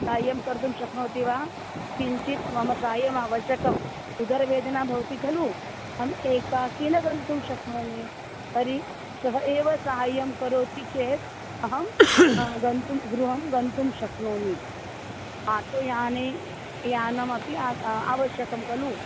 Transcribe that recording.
साहाय्यं कर्तुं शक्नोति वा किञ्चित् मम साहाय्यम् आवश्यकम् उदरवेदना भवति खलु अहम् एकाकी न गन्तुं शक्नोमि तर्हि सः एव साहाय्यं करोति चेत् अहं गन्तुं गृहं गन्तुं शक्नोमि आटोयाने यानमपि आवश्यकं खलु